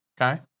okay